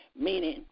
meaning